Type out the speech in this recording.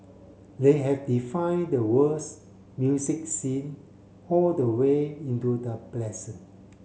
they have defined the world's music scene all the way into the present